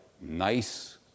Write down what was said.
nice